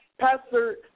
Pastor